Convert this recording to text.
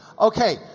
Okay